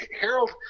harold